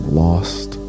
lost